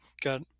Got